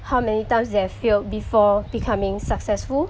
how many times they have failed before becoming successful